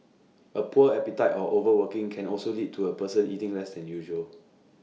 A poor appetite or overworking can also lead to A person eating less than usual